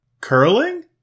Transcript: Curling